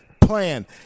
plan